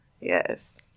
Yes